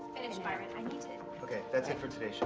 finish, byron. okay, that's it for today show,